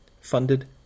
funded